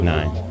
Nine